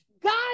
God